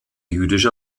jüdisch